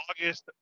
August